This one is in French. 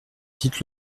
dites